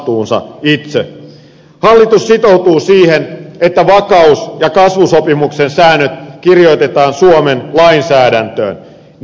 hallitus sitoutui siihen että vakaus ja kasvusopimuksen säännöt kirjoitetaan suomen lainsäädäntöön